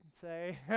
say